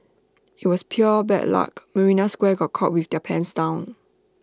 IT was pure bad luck marina square got caught with their pants down